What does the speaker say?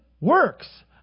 works